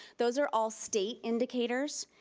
those are all state indicators,